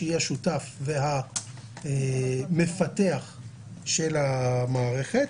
שהוא השותף והמפתח של המערכת,